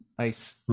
Nice